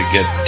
get